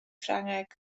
ffrangeg